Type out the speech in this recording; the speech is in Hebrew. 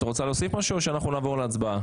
את רוצה להוסיף או שנעבור להצבעה?